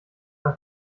bei